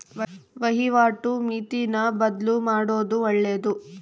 ವಹಿವಾಟು ಮಿತಿನ ಬದ್ಲುಮಾಡೊದು ಒಳ್ಳೆದು